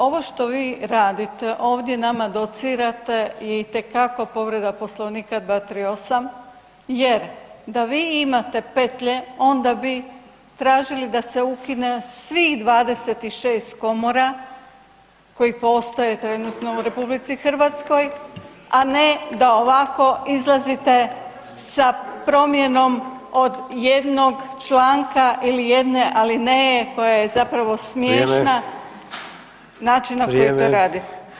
Kolega, ovo što vi radite ovdje, nama docirate i itekako povreda Poslovnika 238. jer da vi imate petlje, onda bi tražili da se ukine svih 26 komora koje postoje trenutno u RH, a ne da ovako izlazite sa promjenom od jednog članka ili jedne, ali ne koja je zapravo smiješna, [[Upadica: Vrijeme.]] način na koji to radi.